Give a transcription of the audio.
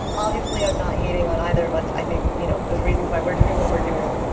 obviously, i'm not hating on either of us. i think you know there is reasons why we're doing what we're doing.